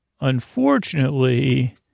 Unfortunately